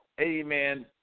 amen